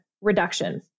reduction